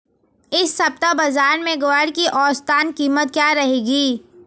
इस सप्ताह बाज़ार में ग्वार की औसतन कीमत क्या रहेगी?